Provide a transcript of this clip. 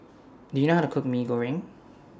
Do YOU know How to Cook Mee Goreng